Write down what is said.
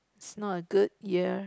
is not a good ya